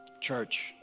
Church